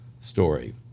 story